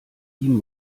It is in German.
ihm